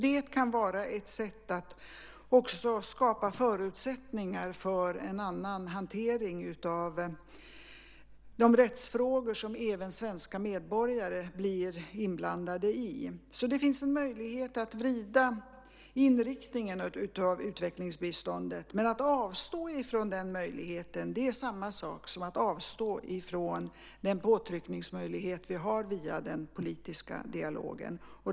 Det kan vara ett sätt att skapa förutsättningar för en annan hantering av de rättsfrågor som även svenska medborgare blir inblandade i. Det finns en möjlighet att vrida inriktningen av utvecklingsbiståndet. Men att avstå från den möjligheten är samma sak som att avstå från den påtryckningsmöjlighet vi har via den politiska dialogen.